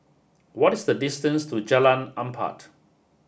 what is the distance to Jalan Empat